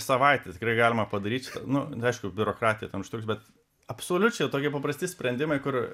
savaitę tikrai galima padaryti nu aišku biurokratija ten užtruks bet absoliučiai tokie paprasti sprendimai kur